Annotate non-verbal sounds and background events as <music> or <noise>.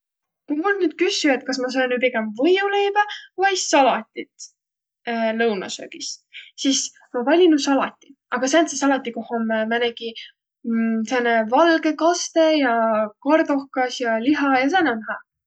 Ku mult nüüd küssüq kas ma söönüq pigemb võiuleibä vai salatit <hesitation> lõunasöögis, sis ma valinuq salati, aga säändse salati, koh om <hesitation> määnegi <hesitation> sääne valgõ kastõq ja kardohkas ja liha ja, sääne om hüä.